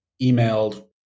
emailed